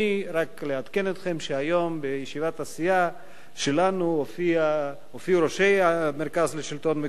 רק לעדכן אתכם שהיום בישיבת הסיעה שלנו הופיעו ראשי מרכז השלטון המקומי,